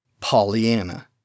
Pollyanna